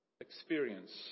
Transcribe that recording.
experience